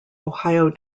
ohio